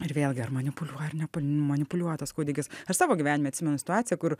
ir vėl gi ar manipuliuoja ar nemanipuliuoja tas kūdikis aš savo gyvenime atsimenu situaciją kur